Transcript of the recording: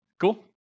Cool